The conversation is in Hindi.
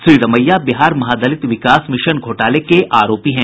श्री रमैया बिहार महादलित विकास मिशन घोटाले के आरोपी हैं